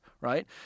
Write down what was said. right